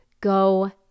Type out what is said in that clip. go